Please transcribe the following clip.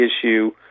issue